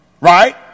right